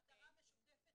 מטרה משותפת.